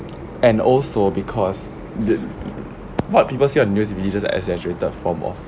and also because that's what people say a new religions are exaggerated form of